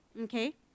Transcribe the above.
okay